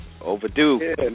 Overdue